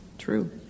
true